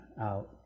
out